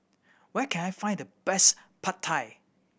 where can I find the best Pad Thai